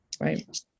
Right